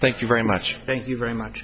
thank you very much thank you very much